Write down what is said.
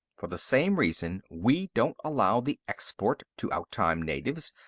for the same reason, we don't allow the export, to outtime natives,